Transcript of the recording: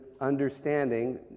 understanding